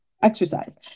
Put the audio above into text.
exercise